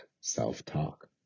self-talk